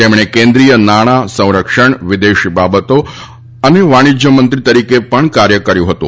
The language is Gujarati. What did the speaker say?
તેમણે કેન્દ્રીય નાણાં સંરક્ષણ વિદેશી બાબતો અને વાણિશ્ય મંત્રી તરીકે પણ કાર્ય કર્યું હતું